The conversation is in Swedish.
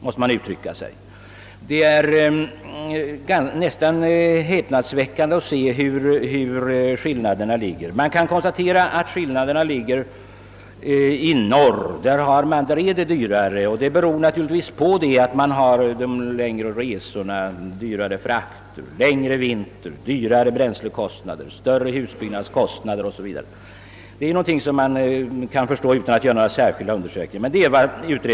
Det är nästan häpnadsväckande att se hur obetydliga de är. I norr är det dock definitivt dyrare, naturligtvis beroende på de längre avstånden, de dyrare frakterna, den längre vintern med högre bränsleoch husbyggnadskostnader o. s. v. Men det är ju någonting som man kan förstå utan att göra speciella undersökningar.